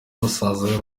basaza